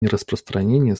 нераспространения